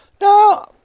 No